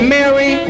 Mary